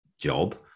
job